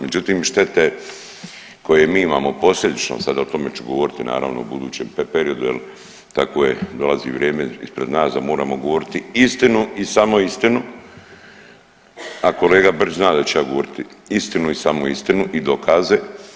Međutim, štete koje mi imamo posljedično sada o tome ću govoriti naravno u budućem periodu, jer takvo dolazi vrijeme ispred nas da moramo govoriti istinu i smo istinu, a kolega Brčić zna da ću ja govoriti istinu i samo istinu i dokaze.